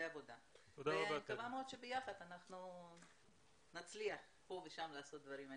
אני מקווה מאוד שביחד נצליח פה ושם לעשות דברים.